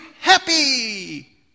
happy